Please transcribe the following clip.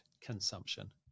consumption